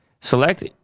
select